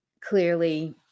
clearly